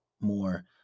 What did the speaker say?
more